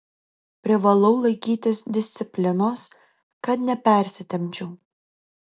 privalau laikytis disciplinos kad nepersitempčiau